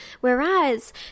whereas